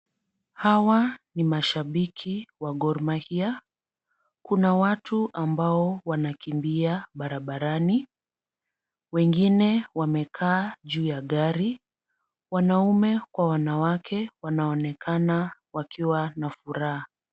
Hawa ni mashabiki wa Gor Mahia. Kuna watu ambao wanakimbia barabarani. Wengine wamekaa juu ya gari. Wanaume kwa wanawake, wanaoonekana wakiwa na furaha.